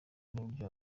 n’uburyo